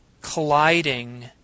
colliding